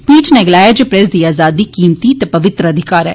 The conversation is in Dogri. पीठ नै गलाया जे प्रेस दी आजादी कीमती ते पवित्र अधिकार ऐ